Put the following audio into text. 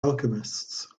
alchemists